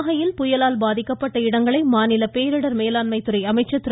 நாகையில் புயலால் பாதிக்கப்பட்ட இடங்களை மாநில பேரிடர் மேலாண்மைத்துறை அமைச்சர் திரு